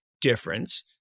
difference